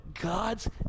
God's